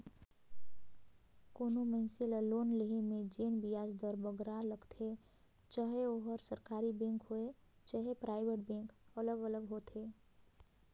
कोनो मइनसे ल लोन लोहे में जेन बियाज दर बगरा लगथे चहे ओहर सरकारी बेंक होए चहे पराइबेट बेंक अलग अलग होथे